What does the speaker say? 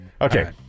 Okay